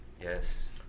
Yes